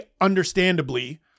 understandably